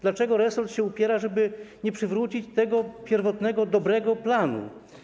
Dlaczego resort się upiera, żeby nie przywrócić tego pierwotnego, dobrego planu?